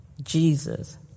Jesus